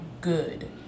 good